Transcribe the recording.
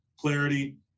clarity